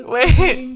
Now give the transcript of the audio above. Wait